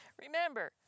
Remember